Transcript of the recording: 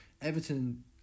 Everton